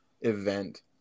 event